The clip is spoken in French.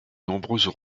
nombreuses